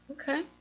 Okay